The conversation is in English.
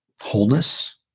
wholeness